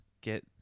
get